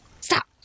Stop